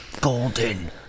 golden